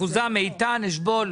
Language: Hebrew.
אחוזם איתן אשבול